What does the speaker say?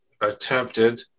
attempted